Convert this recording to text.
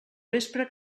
vespre